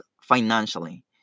financially